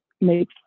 make